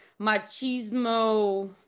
machismo